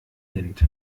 nennt